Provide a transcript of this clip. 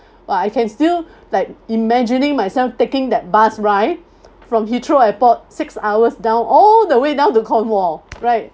!wah! I can still like imagining myself taking that bus ride from heathrow airport six hours down all the way down to cornwall right